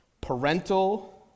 Parental